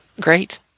great